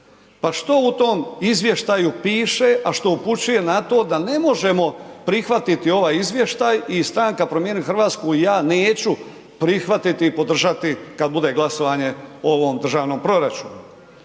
Pa što u tom izvještaju piše a što upućuje na to da ne možemo prihvatiti ovaj izvještaj i stranka Promijenimo Hrvatsku i ja neću prihvatiti i podržati kada bude glasovanje o ovom državnom proračunu.